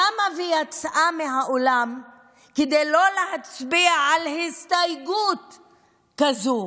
קמה ויצאה מהאולם כדי לא להצביע על הסתייגות כזו,